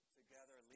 together